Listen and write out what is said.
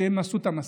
כשהם עשו את המסע.